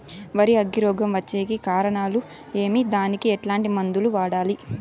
వరి అగ్గి రోగం వచ్చేకి కారణాలు ఏమి దానికి ఎట్లాంటి మందులు వాడాలి?